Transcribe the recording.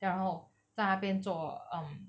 then 然后在那边做 um